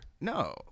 no